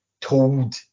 told